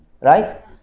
Right